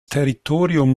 territorium